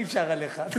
אי-אפשר עליך.